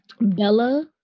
Bella